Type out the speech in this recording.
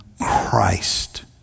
Christ